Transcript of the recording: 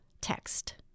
text